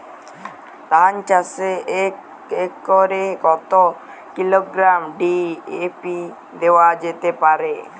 ধান চাষে এক একরে কত কিলোগ্রাম ডি.এ.পি দেওয়া যেতে পারে?